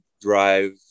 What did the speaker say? drive